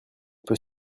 peut